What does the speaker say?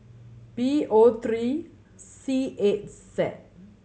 B O three C eight Z